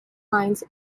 minds